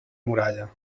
muralla